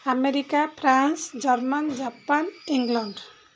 America France German Japan England